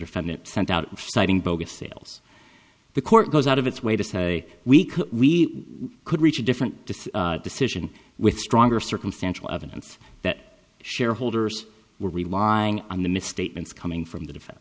defendant sent out citing bogus sales the court goes out of its way to say we could we could reach a different to see decision with stronger circumstantial evidence that shareholders were relying on the misstatements coming from the defen